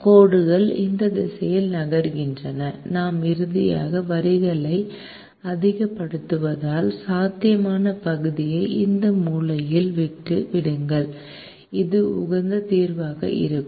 கோடுகள் இந்த திசையில் நகர்கின்றன நாம் இறுதியாக வரிகளை அதிகப்படுத்துவதால் சாத்தியமான பகுதியை இந்த மூலையில் விட்டு விடுங்கள் இது உகந்த தீர்வாக இருக்கும்